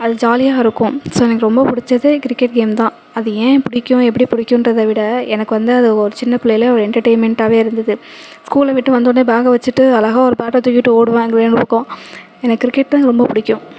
அது ஜாலியாக இருக்கும் ஸோ எனக்கு ரொம்ப பிடிச்சது கிரிக்கெட் கேம் தான் அது ஏன் புடிக்கும் எப்படி பிடிக்குங்கின்றத விட எனக்கு வந்து அது ஒரு சின்ன பிள்ளைலயே ஒரு எண்டர்டைன்மெண்ட்டாக இருந்தது ஸ்கூல் விட்டு வந்தோடனே பேகை வச்சிட்டு அழகாக ஒரு பேட்டை தூக்கிட்டு ஓடுவேன் அங்கே இந்தப்பக்கம் எனக்கு கிரிக்கெட் தான் ரொம்ப பிடிக்கும்